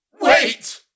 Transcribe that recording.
Wait